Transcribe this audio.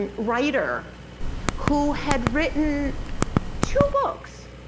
and writer who had written two books